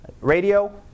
radio